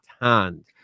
hand